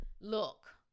look